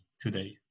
today